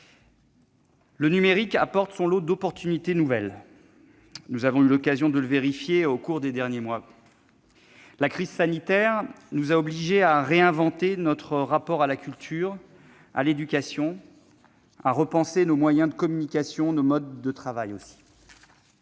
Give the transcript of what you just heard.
Le numérique apporte son lot d'opportunités nouvelles. Nous avons eu l'occasion de le vérifier au cours des derniers mois. La crise sanitaire nous a obligés à réinventer notre rapport à la culture et à l'éducation, à repenser nos moyens de communication et nos modes de travail.